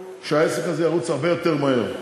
שהעסק הזה ירוץ הרבה יותר מהר.